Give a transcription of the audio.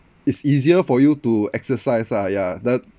it's easier for you to exercise lah ya the